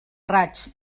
raig